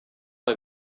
mal